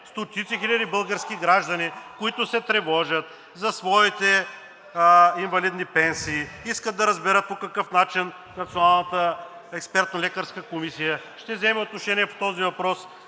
стотици хиляди български граждани, които се тревожат за своите инвалидни пенсии, искат да разберат по какъв начин Националната експертно-лекарска комисия ще вземе отношение по този въпрос